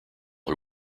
who